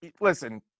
listen